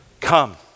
come